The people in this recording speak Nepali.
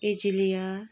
एजेलिया